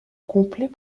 complet